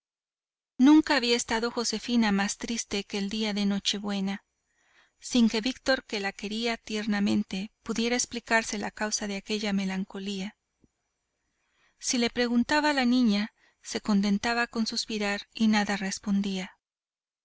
nunca había estado josefina más triste que el día de noche-buena sin que víctor que la quería tiernamente pudiera explicarse la causa de aquella melancolía si le preguntaba la niña se contentaba con suspirar y nada respondía